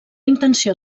intenció